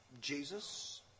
Jesus